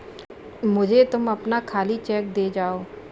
मुझे तुम अपना खाली चेक दे जाओ